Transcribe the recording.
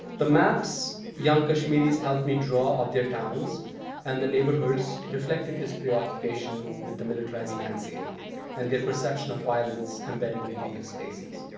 the maps young kashmiris helped me draw of their towns and the neighborhoods reflected this preoccupation with the militarized landscape and their perception of violence embedded in public spaces.